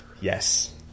yes